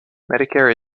medicare